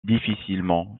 difficilement